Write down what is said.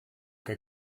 que